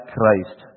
Christ